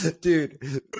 dude